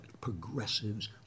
progressives